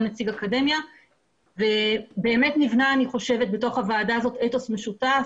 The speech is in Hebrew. גם נציג אקדמיה ואני חושבת שבאמת נבנה בתוך הוועדה הזאת אתוס משותף